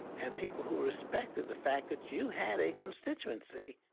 and people who respected the fact that you had a constituency.